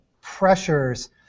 pressures